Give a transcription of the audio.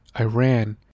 Iran